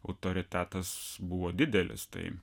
autoritetas buvo didelis tai